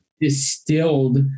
distilled